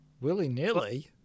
Willy-nilly